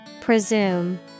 Presume